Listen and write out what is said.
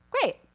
Great